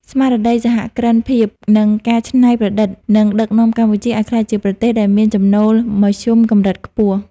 ស្មារតីសហគ្រិនភាព និងការច្នៃប្រឌិត នឹងដឹកនាំកម្ពុជាឱ្យក្លាយជាប្រទេសដែលមានចំណូលមធ្យមកម្រិតខ្ពស់។